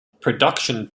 production